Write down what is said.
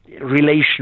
relation